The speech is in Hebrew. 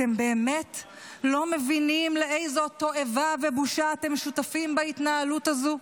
אתם באמת לא מבינים לאיזו תועבה ובושה אתם שותפים בהתנהלות הזו?